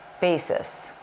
basis